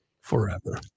forever